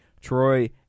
Troy